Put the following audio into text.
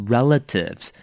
Relatives